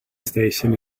station